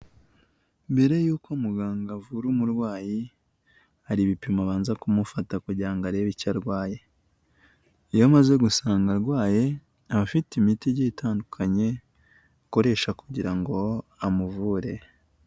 Mbere y'uko muganga avura umurwayi, hari ibipimo abanza kumufata kugira ngo arebe icyo arwaye. Iyo amaze gusanga arwaye, aba afite imiti igiye itandukanye, akoresha kugira ngo amuvure.